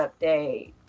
update